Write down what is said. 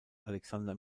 alexander